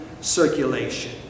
circulation